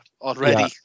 already